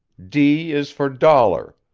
d is for dollar,